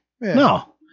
No